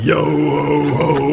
Yo-ho-ho